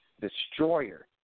destroyer